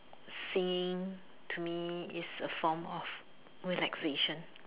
singing to me is a form of relaxation